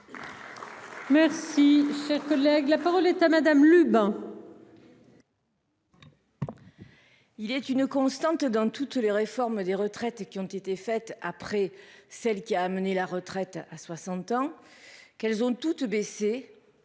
Merci, cher collègue, la parole est à madame Lubin. Il est une constante dans toutes les réformes des retraites et qui ont été faites après celle qui a amené la retraite à 60 ans qu'elles ont toutes baissé